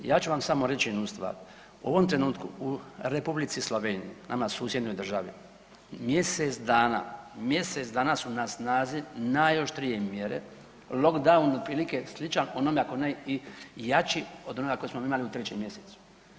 Ja ću vam samo reći jednu stvar, u ovom trenutku u Republici Sloveniji nama susjednoj državi, mjesec dana, mjesec dana su na snazi najoštrije mjere lockdown otprilike sličan onome ako ne i jači od onoga kojeg smo mi imali u 3. mjesecu.